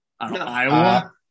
Iowa